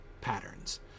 patterns